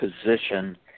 position